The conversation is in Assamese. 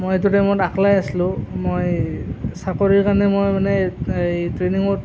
মই সেইটো টাইমত অকলে আছিলোঁ মই চাকৰিৰ কাৰণে মই মানে এই ট্ৰেইনিঙত